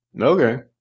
okay